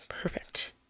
perfect